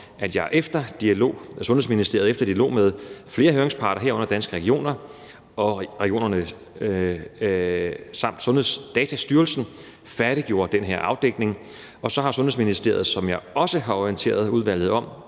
efter dialog med flere høringsparter, herunder Danske Regioner samt Sundhedsdatastyrelsen, færdiggjorde den her afdækning, og så har Sundhedsministeriet, hvilket jeg også har orienteret udvalget om,